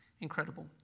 Incredible